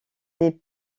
des